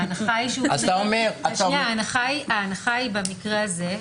ההנחה היא, במקרה הזה,